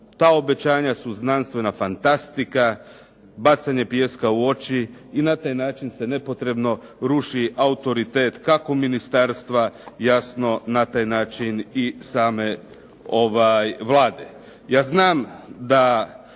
ta obećanja su znanstvena fantastika, bacanje pijeska u oči i na taj način se nepotrebno ruši autoritet, kako ministarstva jasno na taj način i same Vlade.